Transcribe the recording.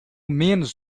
menos